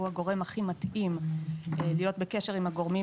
הוא הגורם הכי מתאים להיות בקשר עם הגורמים